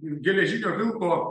geležinio vilko